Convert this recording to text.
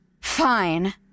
Fine